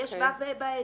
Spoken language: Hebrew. יהיה שבב באצבע.